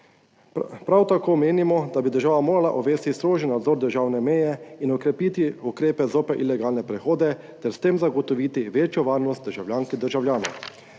Prav tako menimo, da bi država morala uvesti strožji nadzor državne meje in okrepiti ukrepe zoper ilegalne prehode ter s tem zagotoviti večjo varnost državljank in državljanov.